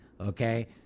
Okay